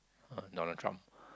uh Donald-Trump